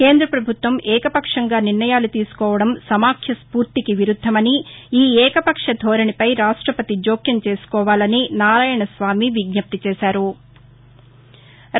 కేంద్ర ప్రభుత్వం ఏకపక్షంగా నిర్ణయాలు తీసుకోవడం సమాఖ్యస్పూర్తికి విరుద్దమని ఈ ఏకపక్ష ధోరణిపై రాష్ట్రపతి జోక్యం చేసుకోవాలని నారాయణ స్వామి విజ్జప్తిచేశారు